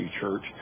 church